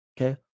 okay